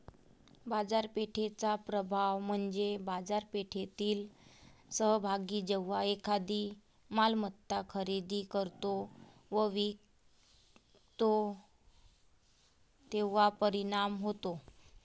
बाजारपेठेचा प्रभाव म्हणजे बाजारपेठेतील सहभागी जेव्हा एखादी मालमत्ता खरेदी करतो व विकतो तेव्हा परिणाम होतो